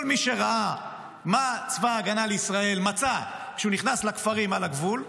כל מי שראה את מה שצבא ההגנה לישראל מצא כשהוא נכנס לכפרים על הגבול,